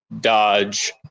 dodge